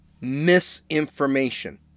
misinformation